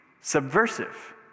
subversive